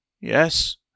Yes